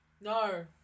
No